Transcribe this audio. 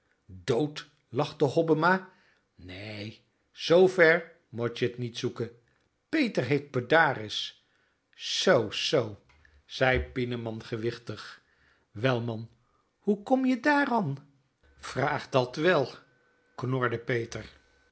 dood lachte hobbema nee zoo ver mot je t niet zoeken peter heeft pedaris zoo zoo zei pieneman gewichtig wel man hoe kom je dààr an vraag dat wel knorde